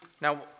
Now